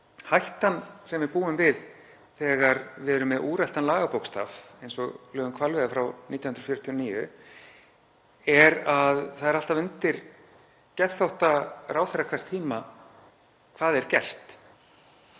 hættan sem við búum við þegar við erum með úreltan lagabókstaf, eins og lög um hvalveiðar frá 1949, er að það er alltaf undir geðþótta ráðherra hvers tíma komið hvað er gert.